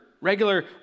Regular